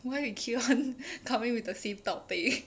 why you keep on coming with the same topic